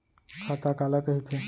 खाता काला कहिथे?